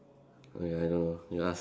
I mean I don't know you ask